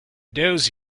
those